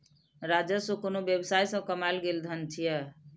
राजस्व कोनो व्यवसाय सं कमायल गेल धन छियै